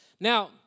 Now